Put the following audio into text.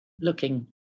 looking